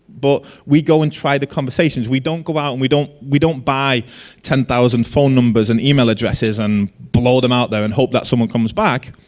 but we go and try the conversations we don't go out we don't, we don't buy ten thousand phone numbers and email addresses and blow them out there and hope that someone comes back.